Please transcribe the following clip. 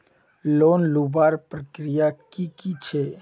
Loan लुबार प्रक्रिया की की छे?